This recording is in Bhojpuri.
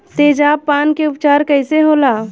तेजाब पान के उपचार कईसे होला?